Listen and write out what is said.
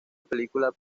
película